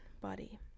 body